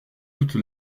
toute